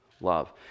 love